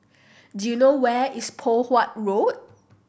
do you know where is Poh Huat Road